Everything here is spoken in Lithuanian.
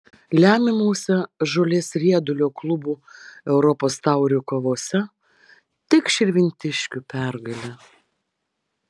lemiamose žolės riedulio klubų europos taurių kovose tik širvintiškių pergalė